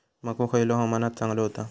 मको खयल्या हवामानात चांगलो होता?